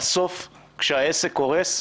בסוף כשהעסק קורס,